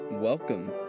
Welcome